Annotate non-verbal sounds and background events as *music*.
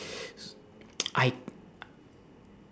*noise* I